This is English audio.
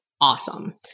awesome